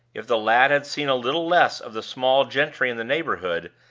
if the lad had seen a little less of the small gentry in the neighborhood,